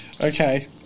Okay